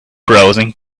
browsing